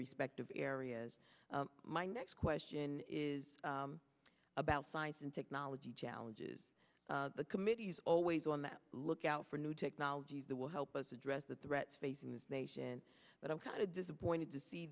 respective areas my next question is about science and technology challenges the committee is always on the lookout for new technologies that will help us address the threats facing the nation but i'm kind of disappointed to see